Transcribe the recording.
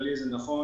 הכללי כדי